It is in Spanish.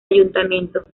ayuntamiento